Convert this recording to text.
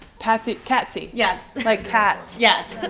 patsy catsy yes like cat. yes.